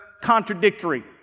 contradictory